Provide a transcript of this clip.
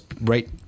right